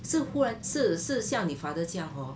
是忽然是是像你 father 这样 orh